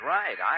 right